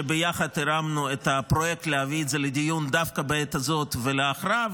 שביחד הרמנו את הפרויקט להביא את זה לדיון דווקא בעת הזאת ולהכרעה,